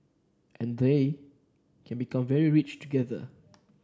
and they can become very rich together